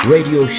Radio